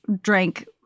drank